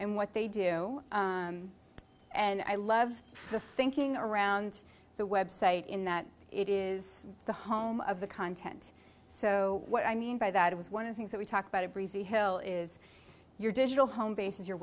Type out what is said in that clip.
and what they do and i love the thinking around the website in that it is the home of the content so what i mean by that was one of the things that we talked about a breezy hill is your digital home base is your